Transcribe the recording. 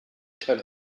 tell